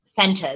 centers